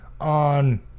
on